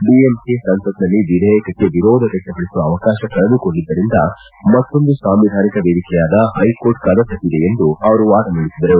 DMK ಸಂಸತ್ನಲ್ಲಿ ವಿಧೇಯಕಕ್ಕೆ ವಿರೋಧ ವ್ಯಕ್ತಪಡಿಸುವ ಅವಕಾಶ ಕಳೆದುಕೊಂಡಿದ್ದರಿಂದ ಮತ್ತೊಂದು ಸಾವಿಂಧಾನಿಕ ವೇದಿಕೆಯಾದ ಹೈಕೋರ್ಟ್ ಕದ ತಟ್ಷದೆ ಎಂದು ವಾದ ಮಂಡಿಸಿದರು